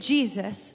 Jesus